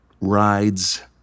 rides